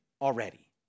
already